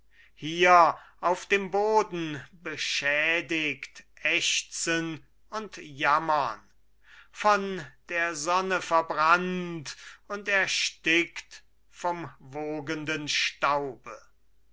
hier auf dem boden beschädigt ächzen und jammern von der sonne verbrannt und erstickt vom wogenden staube